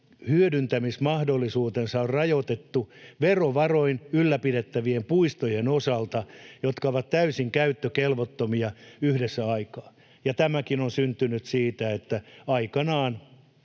hyödyntämismahdollisuutensa on rajoitettu verovaroin ylläpidettävien puistojen osalta, jotka ovat täysin käyttökelvottomia yhdessä aikaa. Ja tämäkin on syntynyt siitä, että aikanaan